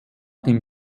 dem